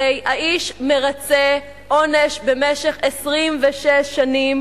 הרי האיש מרצה עונש במשך 26 שנים,